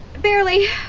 barely.